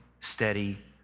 steady